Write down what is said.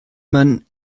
man